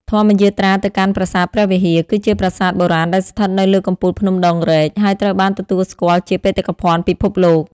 ធម្មយាត្រាទៅកាន់ប្រាសាទព្រះវិហារ គឺជាប្រាសាទបុរាណដែលស្ថិតនៅលើកំពូលភ្នំដងរែក ហើយត្រូវបានទទួលស្គាល់ជាបេតិកភណ្ឌពិភពលោក។